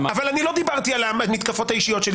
אבל אני לא דיברתי על המתקפות האישיות שלי.